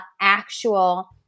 actual